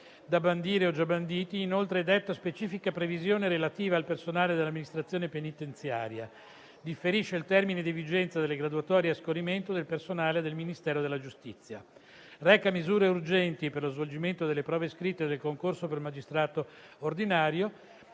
da bandire o già banditi; detta specifica previsione relativa al personale dell'amministrazione penitenziaria; differisce il termine di vigenza delle graduatorie a scorrimento del personale del Ministero della giustizia; reca misure urgenti per lo svolgimento delle prove scritte del concorso per magistrato ordinario;